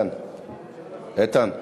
סעיפים 1